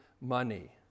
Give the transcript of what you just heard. money